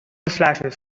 slashes